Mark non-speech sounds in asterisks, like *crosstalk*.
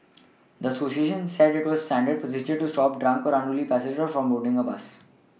*noise* the Associations said it was standard procedure to stop drunk or unruly passengers from boarding a bus